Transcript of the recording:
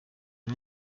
n’y